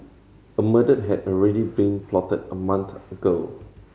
a murder had already been plotted a month ago